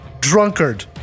Drunkard